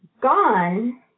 gone